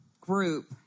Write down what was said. group